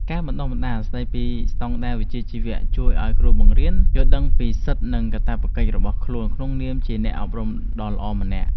ការបណ្តុះបណ្តាលស្តីពីស្តង់ដារវិជ្ជាជីវៈជួយឱ្យគ្រូបង្រៀនយល់ដឹងពីសិទ្ធិនិងកាតព្វកិច្ចរបស់ខ្លួនក្នុងនាមជាអ្នកអប់រំដ៏ល្អម្នាក់។